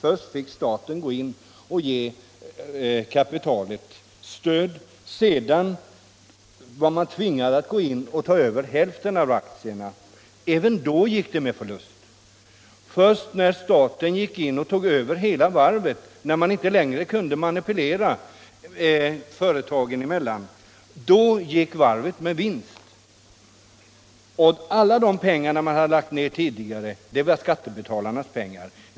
Först fick staten gå in och ge kapitalet stöd, sedan tvingades man ta över hälften av aktierna. Även då gick det med förlust. Först när staten tog över hela varvet och det inte längre gick att manipulera varv emellan, gick varvet med vinst. Alla de pengar som tidigare hade lagts ner var skattebetalarnas.